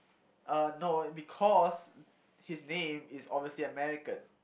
uh no because he's name is obviously American